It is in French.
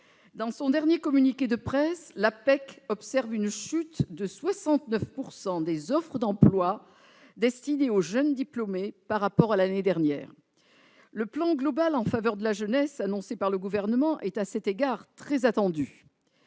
l'emploi des cadres (APEC) observe une chute de 69 % des offres d'emploi destinées aux jeunes diplômés par rapport à l'année dernière. Le plan global en faveur de la jeunesse annoncé par le Gouvernement est, à cet égard, très attendu.